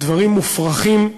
דברים מופרכים.